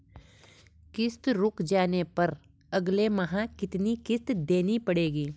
किश्त रुक जाने पर अगले माह कितनी किश्त देनी पड़ेगी?